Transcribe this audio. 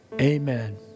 amen